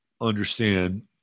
understand